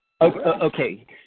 Okay